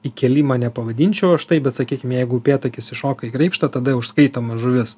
į kėlimą nepavadinčiau aš taip bet sakykim jeigu upėtakis įšoka į graibštą tada užskaitoma žuvis